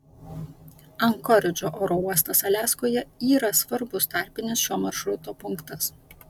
ankoridžo oro uostas aliaskoje yra svarbus tarpinis šio maršruto punktas